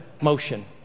motion